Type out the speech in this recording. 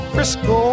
Frisco